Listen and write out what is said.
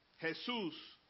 Jesús